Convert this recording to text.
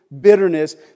bitterness